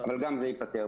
וגם זה ייפתר.